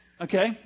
okay